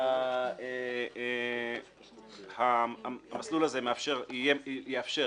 כאשר המסלול הזה יאפשר